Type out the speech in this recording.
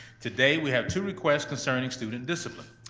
today we have two requests concerning student discipline.